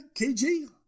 KG